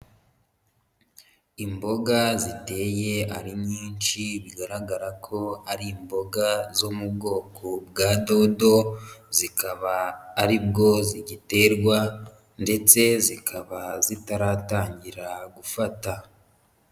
Imboga ziteye ari nyinshi bigaragara ko ari imboga zo mu bwoko bwa dodo, zikaba ari bwo zigiterwa ndetse zikaba zitaratangira gufata.